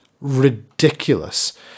ridiculous